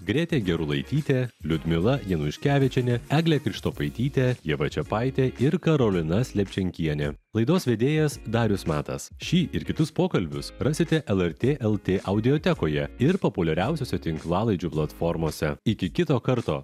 gretė gerulaitytė liudmila januškevičienė eglė krištopaitytė ieva čiapaitė ir karolina slepčenkienė laidos vedėjas darius matas šį ir kitus pokalbius rasite lrt lt audiotekoje ir populiariausiose tinklalaidžių platformose iki kito karto